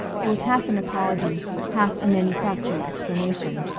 it was half an apology, half a manufactured explanation.